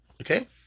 okay